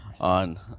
on